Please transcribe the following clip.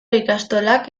ikastolak